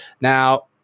Now